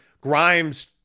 Grimes